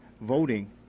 voting